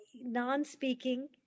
non-speaking